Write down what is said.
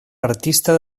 artista